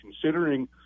considering